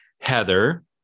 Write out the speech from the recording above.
heather